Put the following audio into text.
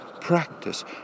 practice